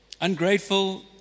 Ungrateful